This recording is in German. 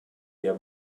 der